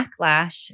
backlash